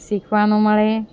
શીખવાનું મળે